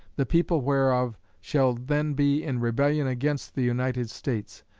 the people whereof shall then be in rebellion against the united states,